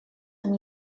amb